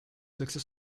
sexos